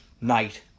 Night